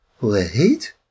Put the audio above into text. Wait